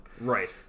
Right